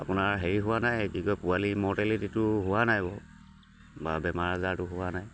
আপোনাৰ হেৰি হোৱা নাই কি কয় পোৱালি মৰ্টেলিটিটো হোৱা নাই বাৰু বা বেমাৰ আজাৰটো হোৱা নাই